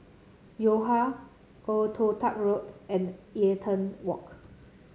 Yo Ha Old Toh Tuck Road and Eaton Walk